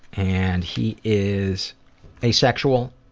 and he is asexual,